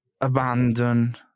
abandon